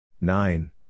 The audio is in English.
Nine